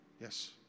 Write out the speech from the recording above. Yes